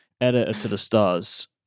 editor-to-the-stars